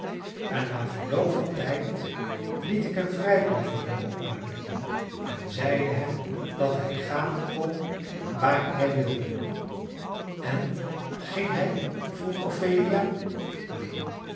en na verloop van tijd liet ik een vrijbrief voor hem opmaken en zeide hem dat hij gaan kon waar hij wilde en ging hij vroeg ophelia neen